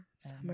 Summer